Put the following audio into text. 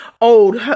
old